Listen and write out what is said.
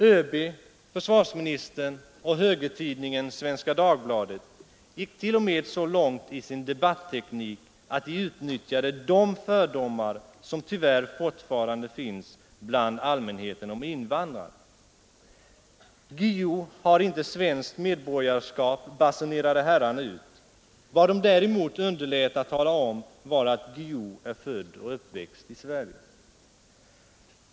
ÖB, försvarsministern och högertidningen Svenska Dagbladet gick t.o.m. så långt i sin debatteknik att de utnyttjade de fördomar om invandrare som tyvärr fortfarande finns bland allmänheten. Guillou har inte svenskt medborgarskap, basunerade herrarna ut. Vad de däremot underlät att tala om var att Guillou är född och uppväxt i Sverige.